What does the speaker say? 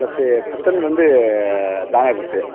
plus piston வந்து jam ஆகிப் போச்சு